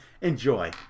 enjoy